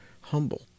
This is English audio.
humble